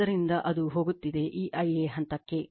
ಆದ್ದರಿಂದ ಅದು ಹೋಗುತ್ತಿದೆ ಈ Ia ಹಂತಕ್ಕೆ